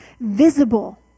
visible